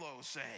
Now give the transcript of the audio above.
say